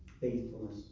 faithfulness